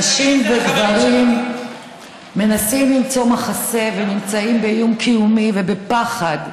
נשים וגברים מנסים למצוא מחסה ונמצאים באיום קיומי ובפחד.